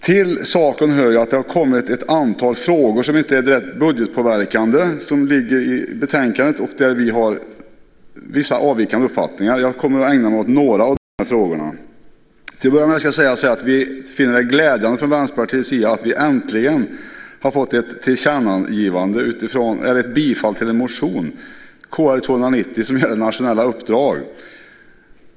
Det har i betänkandet tillkommit ett antal frågor som inte är direkt budgetpåverkande och där vi har vissa avvikande uppfattningar. Jag ska ägna mig åt några av dem. Till att börja med vill jag säga att vi från Vänsterpartiets sida finner det glädjande att utskottet äntligen tillstyrkt en motion. Det gäller Kr 290 om nationella uppdrag.